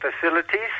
facilities